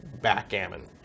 backgammon